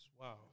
Wow